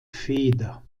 feder